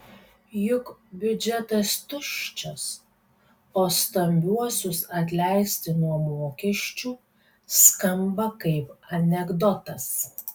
juk biudžetas tuščias o stambiuosius atleisti nuo mokesčių skamba kaip anekdotas